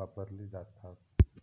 वापरली जातात